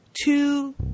two